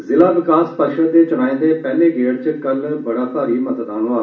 जिला विकास परिषद दे चुनाएं दे पैहले गेड़ च कल बड़ा भारी मतदान होआ